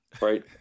right